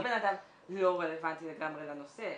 אני לא בן אדם לא רלוונטי לגמרי לנושא.